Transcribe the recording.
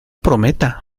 prometa